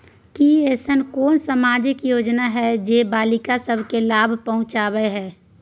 की ऐसन कोनो सामाजिक योजना हय जे बालिका सब के लाभ पहुँचाबय हय?